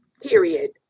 period